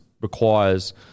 requires